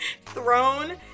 thrown